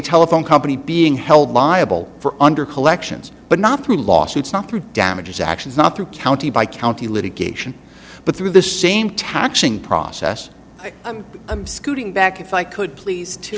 telephone company being held liable for under collections but not through lawsuits not through damages actions not through county by county litigation but through the same taxing process i'm scooting back if i could please to